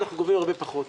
אנחנו גובים הרבה פחות.